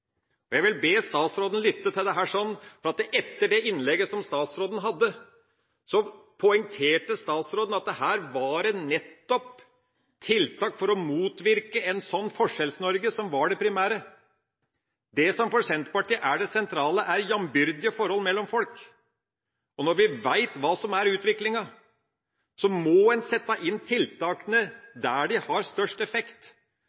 Og jeg vil be statsråden lytte til dette, for etter det innlegget som statsråden hadde, poengterte han at det nettopp var tiltak for å motvirke et slikt Forskjells-Norge som var det primære. Det som for Senterpartiet er det sentrale, er jambyrdige forhold mellom folk. Og når vi vet hva som er utviklinga, må en sette inn tiltakene der de har størst effekt.